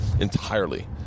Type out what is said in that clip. entirely